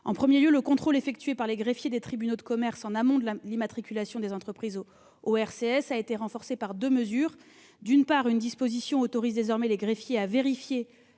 En premier lieu, le contrôle effectué par les greffiers des tribunaux de commerce en amont de l'immatriculation des entreprises au RCS a été renforcé par deux mesures. D'une part, une disposition autorise désormais les greffiers à vérifier